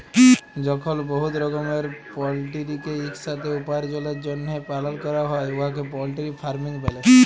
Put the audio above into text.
যখল বহুত রকমের পলটিরিকে ইকসাথে উপার্জলের জ্যনহে পালল ক্যরা হ্যয় উয়াকে পলটিরি ফার্মিং ব্যলে